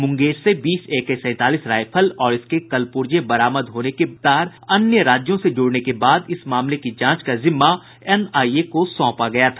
मुंगेर से बीस एके सैंतालीस राइफल और इसके कल पूर्जे बरामद होने के तार अन्य राज्यों से जुड़ने के बाद इस मामले की जांच का जिम्मा एनआईए को सौंपा गया था